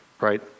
right